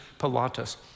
Pilatus